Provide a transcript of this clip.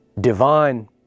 divine